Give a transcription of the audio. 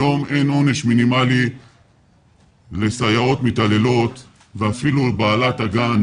היום אין עונש מינימלי לסייעות מתעללות ואפילו בעלת הגן,